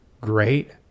Great